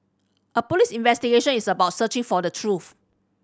a police investigation is about searching for the truth